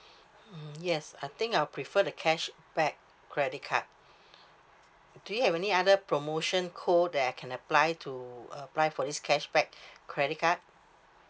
mm yes I think I'll prefer the cash back credit card do you have any other promotion code that I can apply to apply for this cashback credit card